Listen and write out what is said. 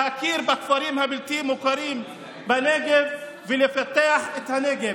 להכיר בכפרים הבלתי-מוכרים בנגב, ולפתח את הנגב.